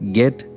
get